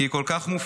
כי היא כל כך מופלאה,